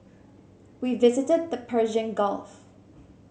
we visited the Persian Gulf